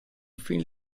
film